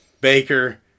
Baker